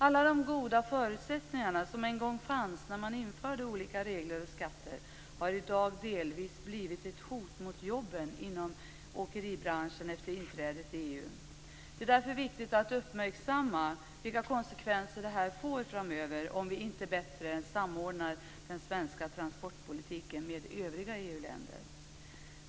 Alla de goda förutsättningar som en gång fanns när man införde olika regler och skatter har delvis blivit ett hot mot jobben inom åkeribranschen efter inträdet i EU. Det är därför viktigt att uppmärksamma vilka konsekvenser det får framöver om vi inte bättre samordnar den svenska transportpolitiken med politiken i övriga EU-länder.